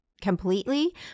Completely